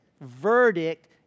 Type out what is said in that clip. verdict